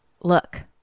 Look